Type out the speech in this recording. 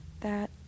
That